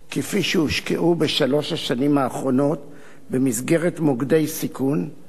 שהושקעו בשלוש השנים האחרונות במסגרת מוקדי סיכון,